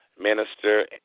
Minister